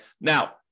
Now